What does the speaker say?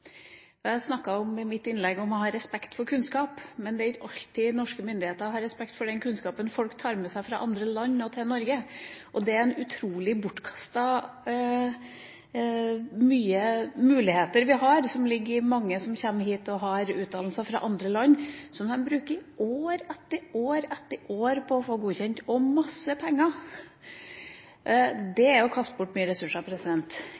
utdanninger. Jeg snakket i mitt innlegg om å ha respekt for kunnskap, men det er ikke alltid norske myndigheter har respekt for den kunnskapen folk tar med seg fra andre land og til Norge. Det er utrolig bortkastet, det ligger mange muligheter i mange som kommer hit med utdannelse fra andre land, utdannelse som de bruker år etter år – og mange penger – på å få godkjent. Det er å kaste bort mye ressurser.